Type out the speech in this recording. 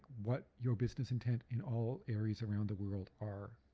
what your business intent in all areas around the world are.